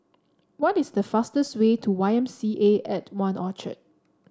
what is the fastest way to Y M C A At One Orchard